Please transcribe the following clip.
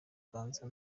ganza